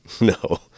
No